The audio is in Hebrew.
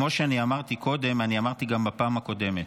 כמו שאני אמרתי קודם, אני אמרתי גם בפעם הקודמת: